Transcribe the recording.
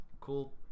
cool